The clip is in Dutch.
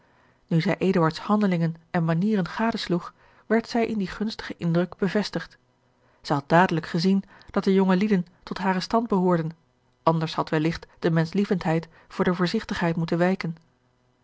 nu zij eduards handelingen en manieren gadesloeg werd zij in dien gunstigen indruk bevestigd zij had dadelijk gezien dat de jongelieden tot haren stand behoorden anders had welligt de menschlievendheid voor de voorzigtigheid moeten wijken